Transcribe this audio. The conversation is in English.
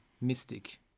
mystic